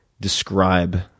describe